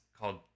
called